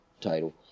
title